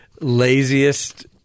laziest